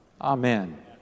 Amen